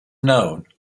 known